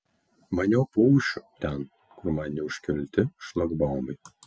maniau paūšiu ten kur man neužkelti šlagbaumai